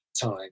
time